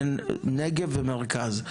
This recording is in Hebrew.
בין נגב ומרכז,